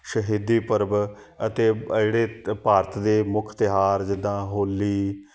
ਸ਼ਹੀਦੀ ਪੁਰਬ ਅਤੇ ਅ ਜਿਹੜੇ ਭਾਰਤ ਦੇ ਮੁੱਖ ਤਿਉਹਾਰ ਜਿੱਦਾਂ ਹੋਲੀ